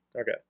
Okay